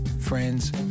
friends